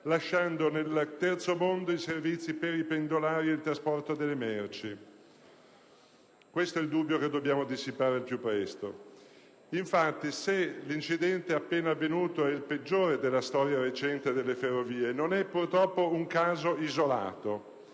lasciando a livello di Terzo mondo i servizi per i pendolari ed il trasporto per le merci. Questo il dubbio che dobbiamo dissipare al più presto. Infatti, se l'incidente appena avvenuto è il peggiore della storia recente delle Ferrovie, non è purtroppo un caso isolato.